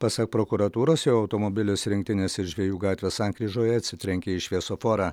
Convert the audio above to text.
pasak prokuratūros jo automobilis rinktinės ir žvejų gatvės sankryžoje atsitrenkė į šviesoforą